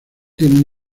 tiene